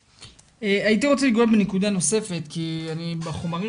הייתי רוצה לנגוע בנקודה נוספת כי מהחומרים